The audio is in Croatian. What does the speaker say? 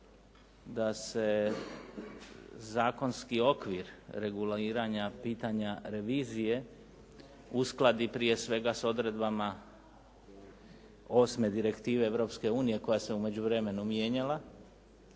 da se zakonski okvir reguliranja pitanja revizije uskladi prije svega s odredbama 8. direktive Europske unije koja se u međuvremenu mijenjala,